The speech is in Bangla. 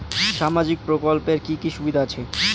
সামাজিক প্রকল্পের কি কি সুবিধা আছে?